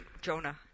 Jonah